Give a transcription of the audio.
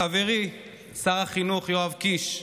לחברי שר החינוך יואב קיש,